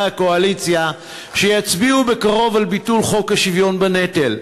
הקואליציה שיצביעו בקרוב על ביטול חוק השוויון בנטל.